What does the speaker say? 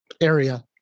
area